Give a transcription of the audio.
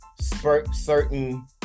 certain